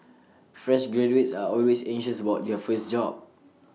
fresh graduates are always anxious about their first job